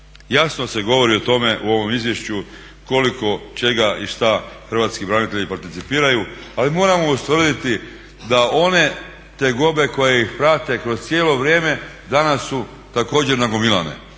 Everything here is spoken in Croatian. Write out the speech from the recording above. Jasno se govori o tome u ovom izvješću koliko čega i šta hrvatski branitelji participiraju, ali moramo ustvrditi da one tegobe koje ih prate kroz cijelo vrijeme danas su također nagomilane.